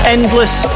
Endless